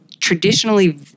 traditionally